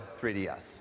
3DS